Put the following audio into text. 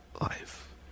life